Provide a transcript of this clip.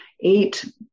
Eight